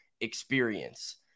experience